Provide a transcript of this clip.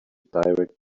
direct